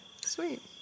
sweet